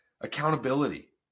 accountability